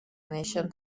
neixen